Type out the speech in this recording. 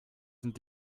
sind